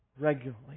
regularly